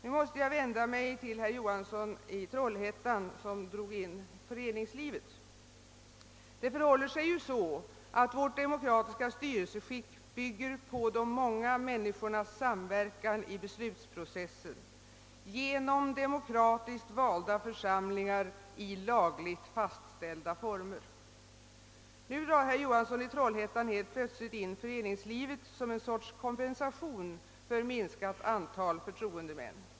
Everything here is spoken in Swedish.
Jag måste vända mig mot herr Johansson i Trollhättan som drog in föreningslivet i debatten. Vårt demokratiska styrelseskick bygger ju på de många människornas samverkan i beslutsprocesser genom demokratiskt valda församlingar i lagligt fastställda former. Nu pekar herr Johansson i Trollhättan plötsligt på föreningslivet som ett slags kompensation för ett minskat antal förtroendeuppdrag.